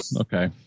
okay